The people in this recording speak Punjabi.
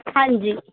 ਹਾਂਜੀ